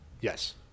Yes